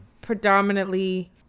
predominantly